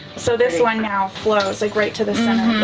so this one now flows like right to the center